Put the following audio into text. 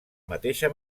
mateixa